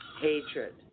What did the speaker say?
hatred